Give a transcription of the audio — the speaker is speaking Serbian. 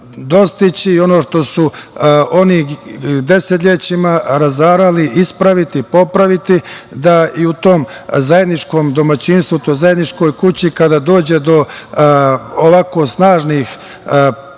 dostići, i ono što su oni desetlećima razarali, ispraviti, popraviti, da i u tom zajedničkom domaćinstvu, toj zajedničkoj kući kada dođe do ovako snažnih pomeranja,